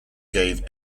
gave